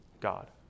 God